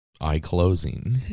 Eye-closing